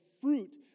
fruit